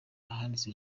ahanditse